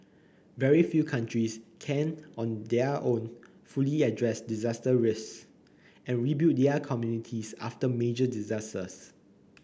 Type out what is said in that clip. very few countries can on their own fully address disaster risks and rebuild their communities after major disasters